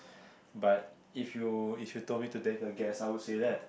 but if you if you told me to take a guess I would say that